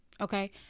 okay